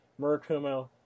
Murakumo